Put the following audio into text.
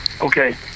Okay